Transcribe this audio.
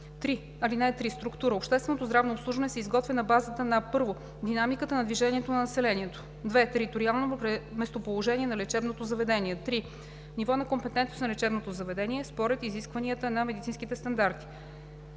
и оптики. (3) Структура „Обществено здравно обслужване“ се изготвя на базата на: 1. динамика на движението на населението; 2. териториално местоположение на лечебното заведение; 3. ниво на компетентност на лечебното заведение според изискванията на медицинските стандарти;